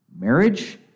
Marriage